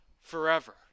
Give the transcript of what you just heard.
forever